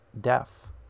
deaf